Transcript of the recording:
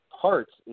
parts